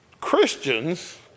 Christians